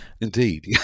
Indeed